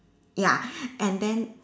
ya and then